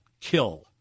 kill